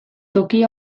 toki